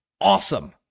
awesome